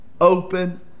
open